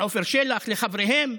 לעפר שלח, לחבריהם.